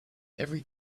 every